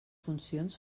funcions